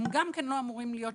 לא אמורים להיות שיקומיים,